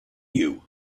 you